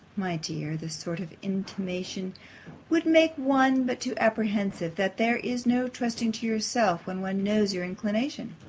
my dear, this sort of intimation would make one but too apprehensive, that there is no trusting to yourself, when one knows your inclination.